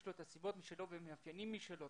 יש לו את הסיבות משלו ומאפיינים משלו,